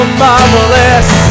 marvelous